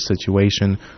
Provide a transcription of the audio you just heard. situation